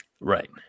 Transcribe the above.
right